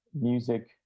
music